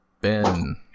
Ben